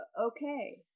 okay